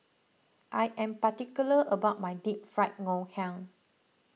I am particular about my Deep Fried Ngoh Hiang